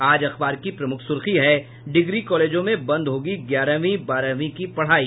आज अखबार की प्रमुख सुर्खी है डिग्री कॉलेजों में बंद होगी ग्यारहवीं बारहवीं की पढ़ाई